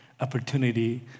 opportunity